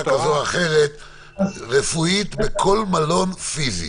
רפואה כזאת או אחרת פיזית בכל מלון?